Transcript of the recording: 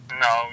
No